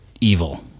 evil